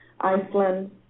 Iceland